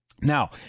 Now